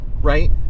right